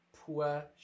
poor